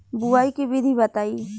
बुआई के विधि बताई?